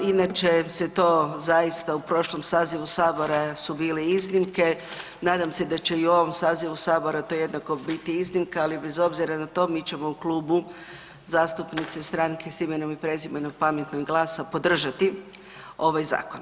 Inače se to u prošlom sazivu Sabora su bile iznimke, nadam se da će i u ovom sazivu Sabora to jednako biti iznimka, ali bez obzira na to mi ćemo u Klubu zastupnice Stranke s Imenom i Prezimenom, Pametnog i GLAS-a podržati ovaj zakon.